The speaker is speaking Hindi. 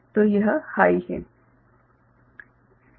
तो यह हाइ है